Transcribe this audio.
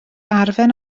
arfer